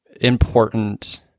important